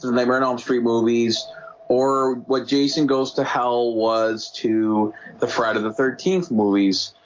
they ran elm street movies or what jason goes to hell was to the fret of the thirteenth movies?